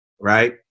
right